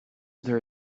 there